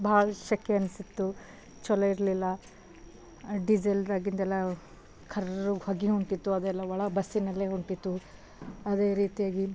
ಭಾಳ ಸೆಖೆ ಅನ್ನಿಸ್ತಿತ್ತು ಛಲೋ ಇರಲಿಲ್ಲ ಆ ಡೀಸೆಲ್ದಾಗಿಂದೆಲ್ಲ ಕರ್ರಗೆ ಹೊಗೆನು ಹೊಂಟಿತ್ತು ಅದೆಲ್ಲ ಒಳಗೆ ಬಸ್ಸಿನಲ್ಲೇ ಹೊಂಟಿತ್ತು ಅದೇ ರೀತಿಯಾಗಿ